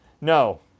No